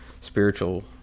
spiritual